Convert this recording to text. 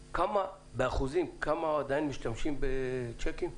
באחוזים, כמה עדיין משתמשים בצ'קים?